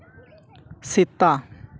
ᱥᱮᱛᱟ